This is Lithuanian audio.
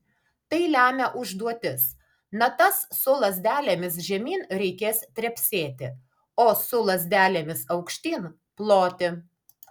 tai lemia užduotis natas su lazdelėmis žemyn reikės trepsėti o su lazdelėmis aukštyn ploti